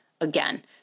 again